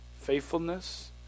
faithfulness